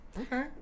Okay